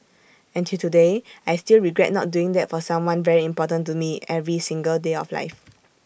and till today I still regret not doing that for someone very important to me every single day of life